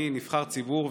אני נבחר ציבור,